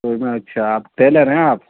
اچھا آپ ٹیلر ہیں آپ